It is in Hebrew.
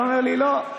אתה אומר לי: לא,